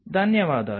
ధన్యవాదాలు